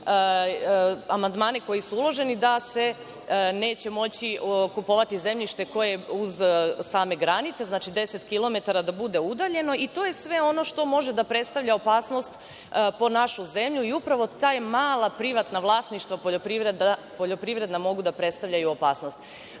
amandmane koji su uloženi da se neće moći kupovati zemljište koje je uz samu granicu, 10 km da bude udaljeno i to je sve ono što može da predstavlja opasnost po našu zemlju i upravo ta mala privatna vlasništva poljoprivredna, mogu da predstavljaju opasnost. Meni